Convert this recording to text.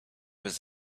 was